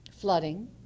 flooding